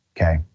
okay